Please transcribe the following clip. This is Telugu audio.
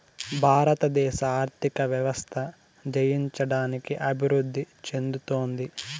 భారతదేశ ఆర్థిక వ్యవస్థ జయించడానికి అభివృద్ధి చెందుతోంది